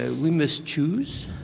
ah we must choose?